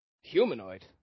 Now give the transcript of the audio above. Humanoid